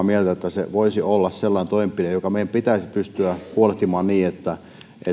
mieltä että se voisi olla sellainen toimenpide josta meidän pitäisi pystyä huolehtimaan niin että